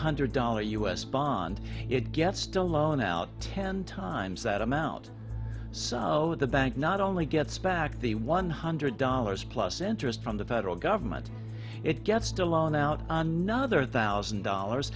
hundred dollar u s bond it gets to loan out ten times that amount so the bank not only gets back the one hundred dollars plus interest from the federal government it gets to loan out another thousand dollars